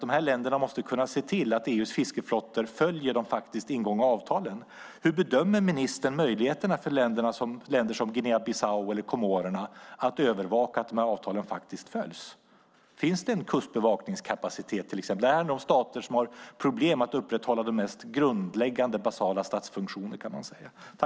De här länderna måste kunna se till att EU:s fiskeflottor följer de ingångna avtalen. Hur bedömer ministern möjligheterna för länder som Guinea Bissau eller Comorerna att övervaka att avtalen följs? Finns det en kustbevakningskapacitet? Det här är stater som har problem med att upprätthålla de mest grundläggande basala statsfunktioner, kan man säga.